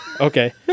Okay